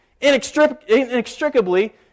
inextricably